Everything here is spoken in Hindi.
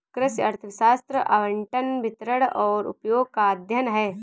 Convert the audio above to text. कृषि अर्थशास्त्र आवंटन, वितरण और उपयोग का अध्ययन है